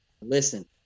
listen